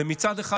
מצד אחד,